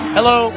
Hello